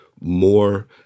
more